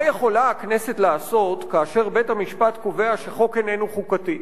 מה יכולה הכנסת לעשות כאשר בית-המשפט קובע שחוק איננו חוקתי?